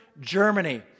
Germany